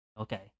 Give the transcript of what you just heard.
Okay